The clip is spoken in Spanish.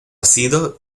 sido